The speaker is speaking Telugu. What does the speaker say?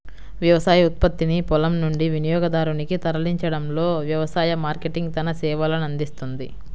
వ్యవసాయ ఉత్పత్తిని పొలం నుండి వినియోగదారునికి తరలించడంలో వ్యవసాయ మార్కెటింగ్ తన సేవలనందిస్తుంది